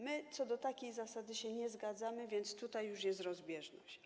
My co do takiej zasady się nie zgadzamy, więc tutaj już jest rozbieżność.